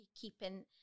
keeping